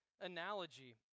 analogy